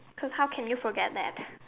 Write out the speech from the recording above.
cause how can you forget that